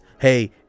hey